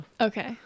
Okay